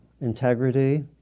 integrity